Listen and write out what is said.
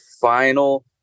final